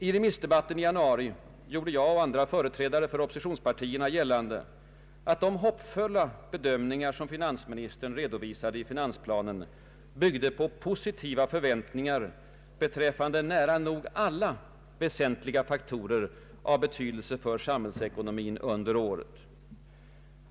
I remissdebatten i januari gjorde jag och andra företrädare för oppositionspartierna gällande att de hoppfulla bedömningar som finansministern redovisade i finansplanen bygg de på positiva förväntningar beträffande nära nog alla väsentliga faktorer av betydelse för samhällsekonomin under året.